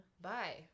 Bye